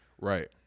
Right